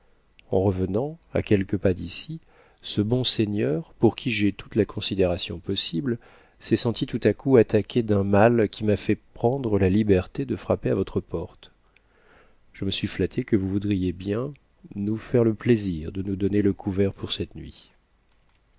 en revenant quelques pas d'ici ce bon seigneur pour qui j'ai toute la considération ossime s'est senti tout à coup attaqué d'un mal qui m'a fait prendre la tihprté de frapper à votre porte je me suis flatté que vous voudriez icn nous faire le plaisir de nous donner le couvert pour cette nuit